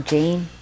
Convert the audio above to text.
Jane